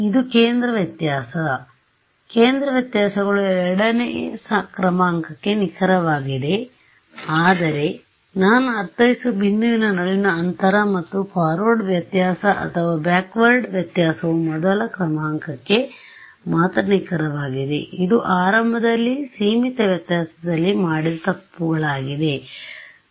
ಇದು ಕೇಂದ್ರ ವ್ಯತ್ಯಾಸ ಕೇಂದ್ರ ವ್ಯತ್ಯಾಸಗಳು ಎರಡನೇ ಕ್ರಮಾಂಕಕ್ಕೆ ನಿಖರವಾಗಿದೆ ಅಂದರೆ ನಾನು ಅರ್ಥೈಸುವ ಬಿಂದುವಿನ ನಡುವಿನ ಅಂತರ ಮತ್ತು ಫಾರ್ವರ್ಡ್ ವ್ಯತ್ಯಾಸ ಅಥವಾ ಬ್ಯಾಕ್ ವರ್ಡ್ ವ್ಯತ್ಯಾಸವು ಮೊದಲ ಕ್ರಮಾಂಕಕ್ಕೆ ಮಾತ್ರ ನಿಖರವಾಗಿದೆ ಇದು ಆರಂಭದಲ್ಲಿ ಸೀಮಿತ ವ್ಯತ್ಯಾಸದಲ್ಲಿ ಮಾಡಿದ ತಪ್ಪುಗಳಾಗಿದೆ ಅದು